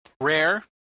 rare